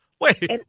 Wait